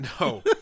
No